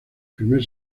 primer